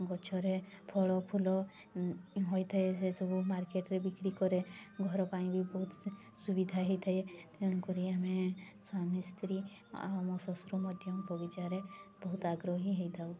ଗଛରେ ଫଳ ଫୁଲ ହୋଇଥାଏ ସେ ସବୁ ମାର୍କେଟରେ ବିକ୍ରି କରେ ଘର ପାଇଁ ବି ବହୁତ ସୁବିଧା ହେଇଥାଏ ତେଣୁକରି ଆମେ ସ୍ୱାମୀ ସ୍ତ୍ରୀ ଆଉ ମୋ ଶ୍ୱଶୁର ମଧ୍ୟ ବଗିଚାରେ ବହୁତ ଆଗ୍ରହୀ ହୋଇଥାଉ